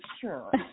sure